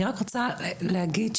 אני רק רוצה להגיד,